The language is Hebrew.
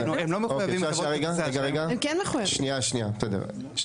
שניה תפקחו.